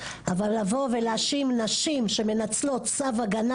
אבל להאשים נשים שהן מנצלות צו הגנה,